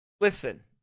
Listen